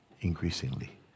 increasingly